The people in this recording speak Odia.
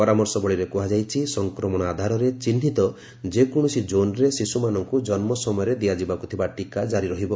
ପରାମର୍ଶବଳୀରେ କୁହାଯାଇଛି ସଂକ୍ରମଣ ଆଧାରରେ ଚିହ୍ନିତ ଯେକୌଣସି କ୍ଷୋନ୍ରେ ଶିଶୁମାନଙ୍କୁ ଜନ୍ମ ସମୟରେ ଦିଆଯିବାକୁ ଥିବା ଟୀକା ଜାରି ରହିବ